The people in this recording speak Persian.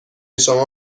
شما